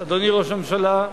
אדוני ראש הממשלה,